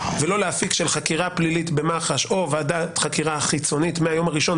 ולא להפיק של חקירה פלילית במח"ש או ועדת חקירה חיצונית מהיום הראשון,